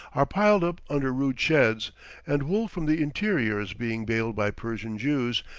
are piled up under rude sheds and wool from the interior is being baled by persian jews,